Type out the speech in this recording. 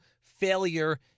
failure